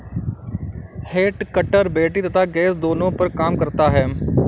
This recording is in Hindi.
हेड कटर बैटरी तथा गैस दोनों पर काम करता है